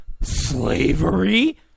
slavery